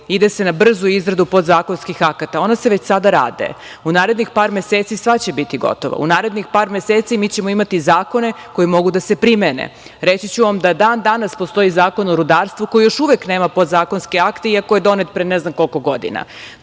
ide se na brzu izradu podzakonskih akata. Ona se već sada rade. U narednih par meseci sva će biti gotova. U narednih par meseci mi ćemo imati zakone koji mogu da se primene. Reći ću vam da dan danas postoji Zakon o rudarstvu koji još uvek nema podzakonske akte iako je donet pre ne znam koliko godina. To